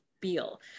feel